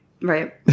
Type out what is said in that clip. Right